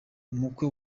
umukwe